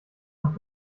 nach